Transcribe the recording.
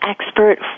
expert